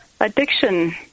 addiction